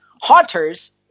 Haunters